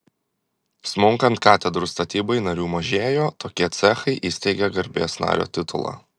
smunkant katedrų statybai narių mažėjo tokie cechai įsteigė garbės nario titulą